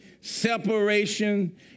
Separation